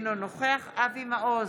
אינו נוכח אבי מעוז,